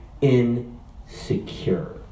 insecure